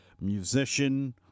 musician